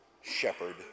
shepherd